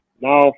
now